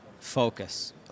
focus